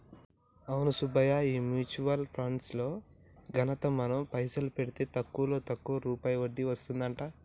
అవును సుబ్బయ్య ఈ mutual funds లో ఘనత మనం పైసలు పెడితే తక్కువలో తక్కువ రూపాయి వడ్డీ వస్తదంట